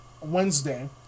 Wednesday